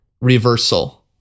reversal